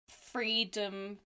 freedom